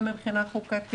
גם מבחינת החוק,